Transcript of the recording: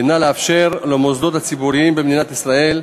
לאפשר למוסדות הציבוריים במדינת ישראל,